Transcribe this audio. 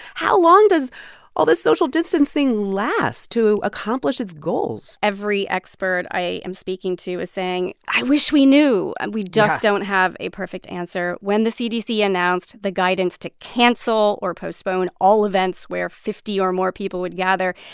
how long does all this social distancing last to accomplish its goals? every expert i am speaking to is saying, i wish we knew yeah and we just don't have a perfect answer. answer. when the cdc announced the guidance to cancel or postpone all events where fifty or more people would gather,